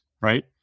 Right